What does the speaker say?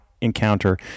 encounter